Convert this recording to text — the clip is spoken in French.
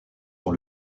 dans